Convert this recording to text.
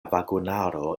vagonaro